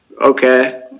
Okay